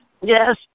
Yes